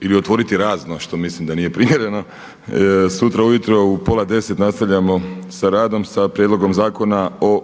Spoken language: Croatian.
ili otvoriti razno što mislim da nije primjereno. Sutra ujutro u pola deset nastavljamo sa radom sa Prijedlogom zakona o